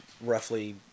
roughly